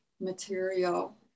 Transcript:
material